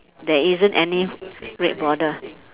there isn't any red border